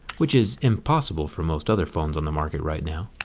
which is impossible for most other phones on the market right now.